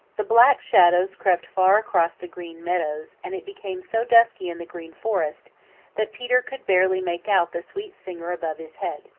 the black shadows crept far across the green meadows and it became so dusky in the green forest that peter could barely make out the sweet singer above his head.